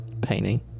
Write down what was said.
painting